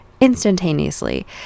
instantaneously